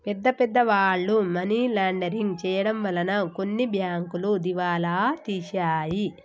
పెద్ద పెద్ద వాళ్ళు మనీ లాండరింగ్ చేయడం వలన కొన్ని బ్యాంకులు దివాలా తీశాయి